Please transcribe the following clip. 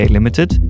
Limited